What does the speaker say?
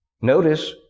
notice